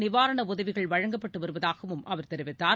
நிவாரண உதவிகள் வழங்கப்பட்டு வருவதாகவும் அவர் தெரிவித்தார்